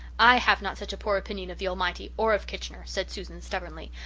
i have not such a poor opinion of the almighty, or of kitchener, said susan stubbornly.